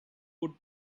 would